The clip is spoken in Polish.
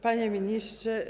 Panie Ministrze!